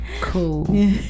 Cool